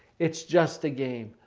it's just a game.